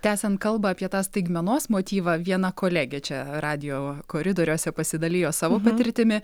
tęsiant kalbą apie tą staigmenos motyvą viena kolegė čia radijo koridoriuose pasidalijo savo patirtimi